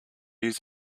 use